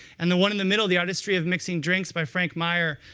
and the one in the middle, the artistry of mixing drinks by frank meier,